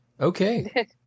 Okay